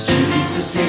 Jesus